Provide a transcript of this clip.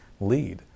lead